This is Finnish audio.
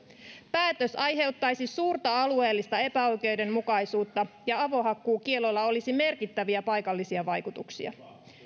päätös aiheuttaisi suurta alueellista epäoikeudenmukaisuutta ja avohakkuukiellolla olisi merkittäviä paikallisia vaikutuksia